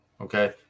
okay